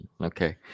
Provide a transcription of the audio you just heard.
Okay